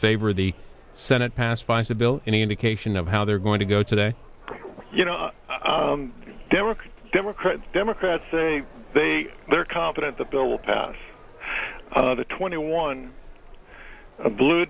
favor the senate passed by the bill any indication of how they're going to go today you know there were democrats democrats say they they're confident the bill will pass the twenty one blue